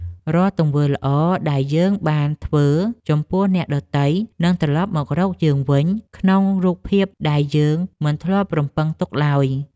រាល់ទង្វើល្អដែលយើងបានធ្វើចំពោះអ្នកដទៃ នឹងត្រលប់មករកយើងវិញក្នុងរូបភាពដែលយើងមិនធ្លាប់រំពឹងទុកឡើយ។